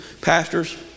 pastors